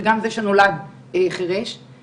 וגם זה שנולד חרש,